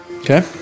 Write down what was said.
Okay